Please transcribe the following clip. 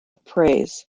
prays